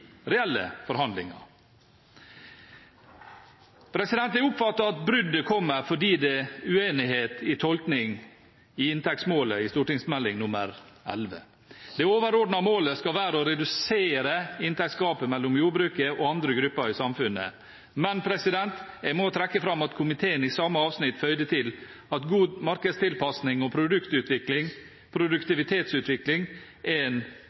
reelle forhandlinger. Jeg oppfatter at bruddet kommer fordi det er uenighet om tolkning av inntektsmålet i Meld. St. 11 for 2016–2017. Det overordnede målet skal være å redusere inntektsgapet mellom jordbruket og andre grupper i samfunnet, men jeg må trekke fram at komiteen i samme avsnitt føyde til at god markedstilpasning og produktivitetsutvikling er en